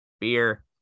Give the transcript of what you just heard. beer